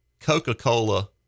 Coca-Cola